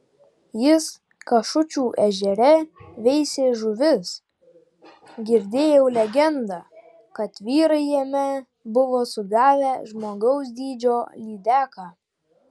jis kašučių ežere veisė žuvis girdėjau legendą kad vyrai jame buvo sugavę žmogaus dydžio lydeką